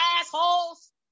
assholes